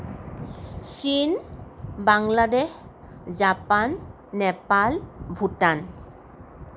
চীন বাংলাদেশ জাপান নেপাল ভূটান